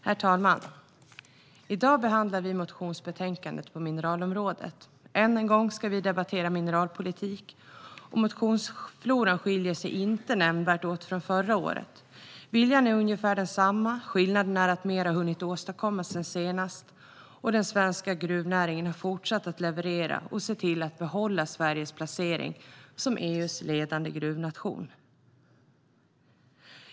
Herr talman! I dag behandlar vi motionsbetänkandet på mineralområdet. Än en gång ska vi debattera mineralpolitik, och motionsfloran skiljer sig inte nämnvärt åt från förra året. Viljan är ungefär densamma; skillnaden är att mer har hunnit åstadkommas sedan senast. Den svenska gruvnäringen har fortsatt att leverera och se till att behålla Sveriges placering som EU:s ledande gruvnation.